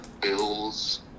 Bills